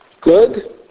Good